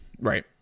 Right